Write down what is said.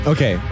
Okay